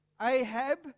Ahab